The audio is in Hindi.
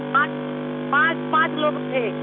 पाँच लो पाँच पाँच लोग थे